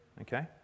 okay